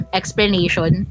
explanation